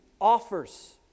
offers